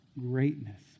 Greatness